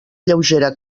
lleugera